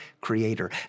creator